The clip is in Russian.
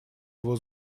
его